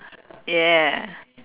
ya